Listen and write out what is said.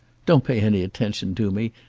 don't pay any attention to me.